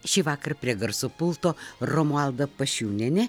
šįvakar prie garso pulto romualda pašiūnienė